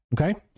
okay